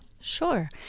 Sure